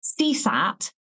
CSAT